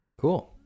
cool